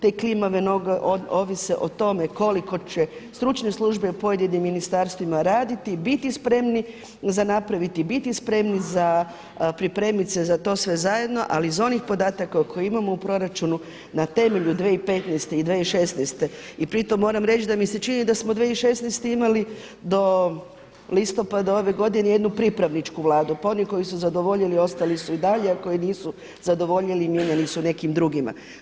Te klimave noge ovise o tome koliko će stručne službe u pojedinim ministarstvima raditi i biti spremni za napraviti i biti spremni pripremit se za to sve zajedno, ali iz onih podataka koje imamo u proračunu na temelju 2015. i 2016. i pri tom moram reći da mi se čini da smo 2016. imali do listopada ove godine jednu pripravničku vladu pa oni koji su zadovoljili ostali su i dalje a koji nisu zadovoljili mijenjani su nekim drugima.